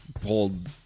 pulled